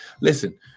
Listen